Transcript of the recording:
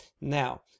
Now